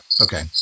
okay